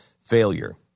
failure